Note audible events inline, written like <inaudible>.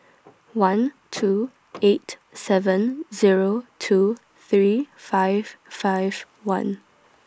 one two <noise> eight seven Zero two three five five one